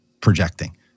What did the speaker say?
projecting